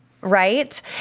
right